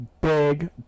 Big